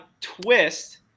twist